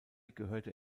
gehörte